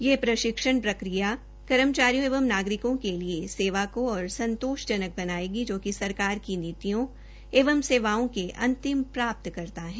यह प्रशिक्षण प्रक्रिया कर्मचारियों एवं नागरिकों के लिए सेवा को और संतोषजनक बनाएगी जोकि सरकार की नीतियों एवं सेवाओं के अंतिम प्राप्तकर्ता हैं